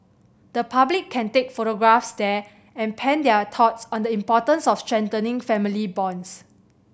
the public can take photographs there and pen their thoughts on the importance of strengthening family bonds